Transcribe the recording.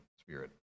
spirit